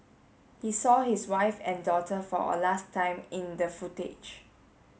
he saw his wife and daughter for a last time in the footage